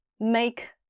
make